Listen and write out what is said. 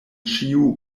ĉiu